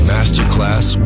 Masterclass